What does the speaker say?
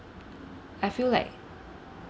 I feel like